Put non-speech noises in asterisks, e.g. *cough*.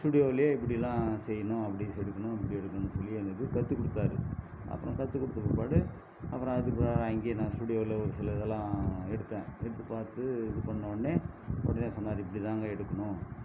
ஸ்டூடியோவுலே இப்டிலாம் செய்யணும் அப்படி எடுக்கணும் இப்படி எடுக்கணும்ன்னு சொல்லி எனக்கு கற்றுக் கொடுத்தாரு அப்றம் கற்றுக் கொடுத்த பிற்பாடு அப்புறம் அதுக்கு *unintelligible* அங்கேயே நான் ஸ்டூடியோவிலேயே ஒருசில இதெல்லாம் எடுத்தேன் எடுத்து பார்த்து இது பண்ணவொடனே உடனே சொன்னார் இப்படி தான்ங்க எடுக்கணும்